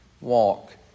walk